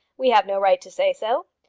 we have no right to say so.